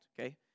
okay